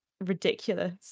ridiculous